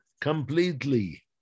completely